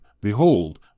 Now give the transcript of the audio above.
behold